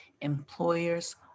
Employers